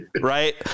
Right